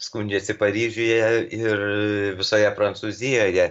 skundžiasi paryžiuje ir visoje prancūzijoje